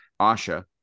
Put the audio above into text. Asha